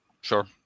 Sure